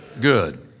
good